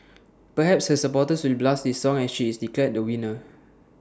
perhaps her supporters will blast this song as she is declared the winner